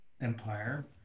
empire